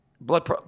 blood